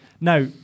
now